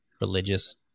religious